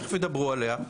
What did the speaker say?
תכף ידברו עליה.